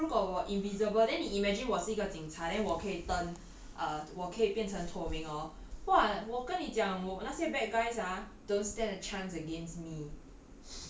ya so 如果我 invisible then you imagine 我是一个警察 then 我可以 turn err 我可以变成透明 lor !wah! 我跟你讲我那些 bad guys ah don't that a chance against me